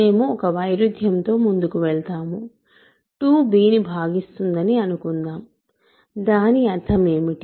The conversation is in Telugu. మేము ఒక వైరుధ్యంతో ముందుకు వెళ్తాము 2 b ను భాగిస్తుందని అనుకుందాం దాని అర్థం ఏమిటి